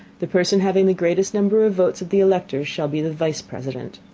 the person having the greatest number of votes of the electors shall be the vice president.